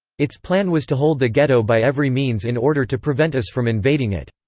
its plan was to hold the ghetto by every means in order to prevent us from invading it.